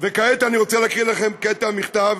וכעת אני רוצה להקריא לכם קטע ממכתב